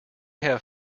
have